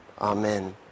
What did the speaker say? Amen